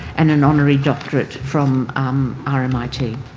and an honorary doctorate from um i mean